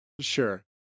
Sure